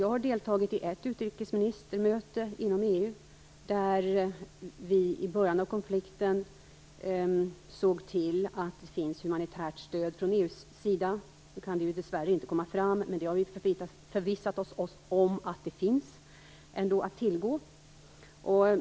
Jag har deltagit i ett utrikesministermöte inom EU där vi i början av konflikten såg till att det finns humanitärt stöd från EU. Nu kan det ju dess värre inte komma fram, men vi har förvissat oss om att det finns att tillgå.